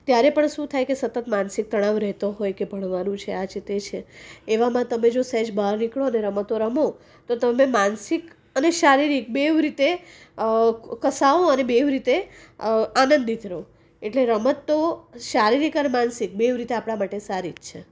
ત્યારે પણ શું થાય સતત માનસિક તણાવ રહેતો હોય કે ભણવાનું છે આ છે તે છે એવામાં તમે જો સહેજ બહાર નીકળોને રમતો રમો તો તમે માનસિક અને શારીરિક બેઉ રીતે કસાઓ અને બેઉ રીતે આનંદિત રહો એટલે રમત તો શારીરિક અને માનસિક બેઉ રીતે આપણા માટે સારી જ છે